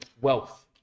wealth